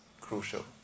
crucial